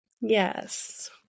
yes